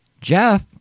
jeff